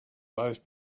both